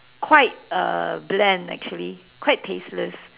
quite uh bland actually quite tasteless